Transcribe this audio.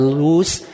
lose